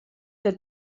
que